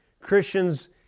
Christians